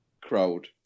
crowd